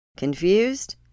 Confused